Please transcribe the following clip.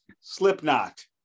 Slipknot